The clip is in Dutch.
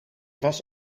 was